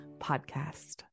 podcast